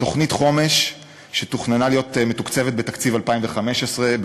תוכנית חומש שתוכננה להיות מתוקצבת בתקציב 2015,